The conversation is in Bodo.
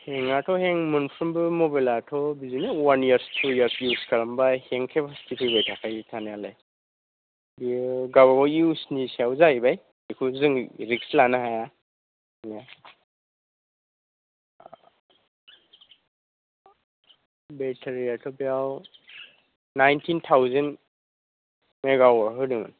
हेंगआथ' हेंग मोनफ्रोमबो मबाइलआथ' बिदिनो अवान इयार थु इयार इउस खालामबा हेंग बुस्तु फैबाय थाखायो थानायालाय बियो गाव गाव इउसनि सायाव जाहैबाय बेखौ जों रिक्स लानो हाया बेतारिआथ' बेयाव नाइनतिन थाउजेन्ड मेगा वाट होदोंमोन